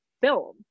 film